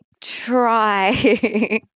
try